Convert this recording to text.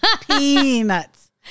Peanuts